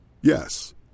Yes